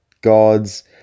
gods